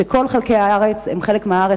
שכל חלקי הארץ הם חלק מהארץ.